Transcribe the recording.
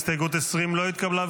הסתייגות 20 לא התקבלה.